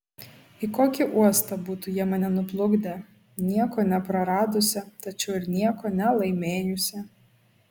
į kokį uostą būtų jie mane nuplukdę nieko nepraradusią tačiau ir nieko nelaimėjusią